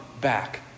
back